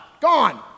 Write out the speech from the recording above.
gone